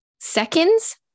seconds